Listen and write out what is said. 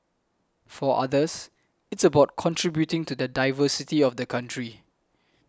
for others it's about contributing to the diversity of the country